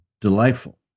delightful